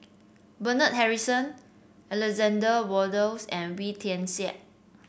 Bernard Harrison Alexander Wolters and Wee Tian Siak